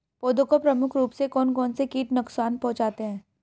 पौधों को प्रमुख रूप से कौन कौन से कीट नुकसान पहुंचाते हैं?